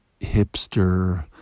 hipster